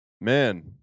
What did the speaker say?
man